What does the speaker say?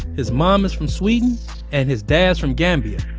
his mom is from sweden and his dad is from gambia.